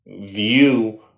view